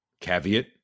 caveat